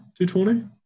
220